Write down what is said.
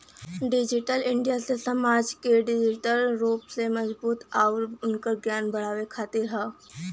digital India से समाज के डिजिटल रूप से मजबूत आउर उनकर ज्ञान बढ़ावे खातिर हौ